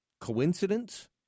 coincidence